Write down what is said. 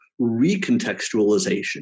recontextualization